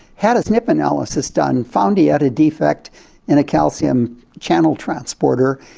had a snp analysis done, found he had a defect in a calcium channel transporter.